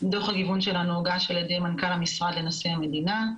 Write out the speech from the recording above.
דו"ח הגיוון שלנו הוגש על ידי מנכ"ל המשרד לנשיא המדינה.